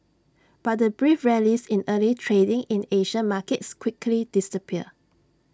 but the brief rallies in early trading in Asian markets quickly disappeared